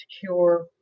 secure